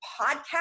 podcast